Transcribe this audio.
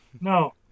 No